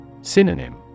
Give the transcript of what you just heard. Synonym